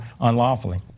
unlawfully